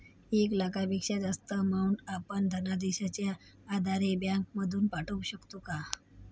एक लाखापेक्षा जास्तची अमाउंट आपण धनादेशच्या आधारे बँक मधून पाठवू शकतो का?